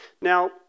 Now